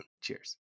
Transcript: Cheers